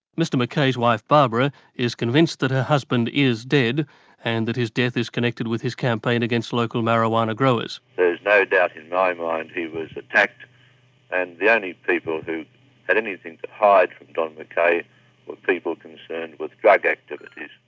mr mackay's wife barbara is convinced that her husband is dead and that his death is connected with his campaign against local marijuana growers. there's no doubt in my mind he was attacked and the only people that had anything to hide from don mackay were people concerned with drug activities.